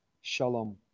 Shalom